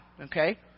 Okay